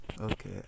okay